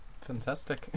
Fantastic